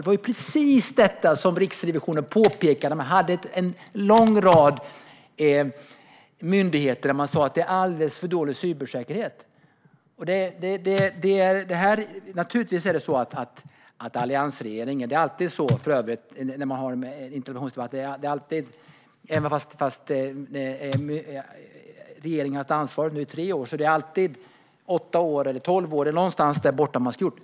Det var precis detta som Riksrevisionen påpekade när man sa att cybersäkerheten är alldeles för dålig hos en lång rad myndigheter. Naturligtvis är detta alliansregeringens fel - det är alltid så i interpellationsdebatter. Trots att regeringen nu har haft ansvaret i tre år pekar man alltid på något som skedde för åtta eller tolv år sedan.